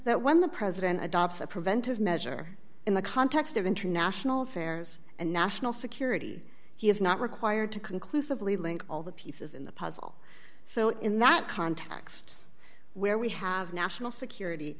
that when the president adopts a preventive measure in the context of international affairs and national security he is not required to conclusively link all the pieces in the puzzle so in that context where we have national security